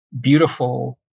beautiful